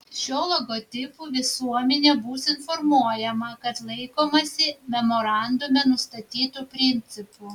šiuo logotipu visuomenė bus informuojama kad laikomasi memorandume nustatytų principų